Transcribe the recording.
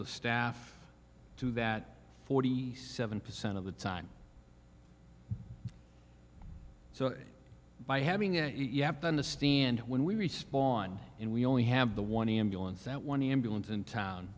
to staff to that forty seven percent of the time so by having it you have to understand when we respond and we only have the one ambulance that one ambulance in town